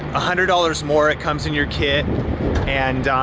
hundred dollars more it comes in your kit and